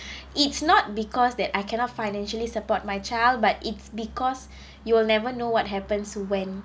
it's not because that I cannot financially support my child but it's because you will never know what happens when